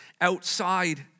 outside